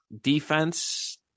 defense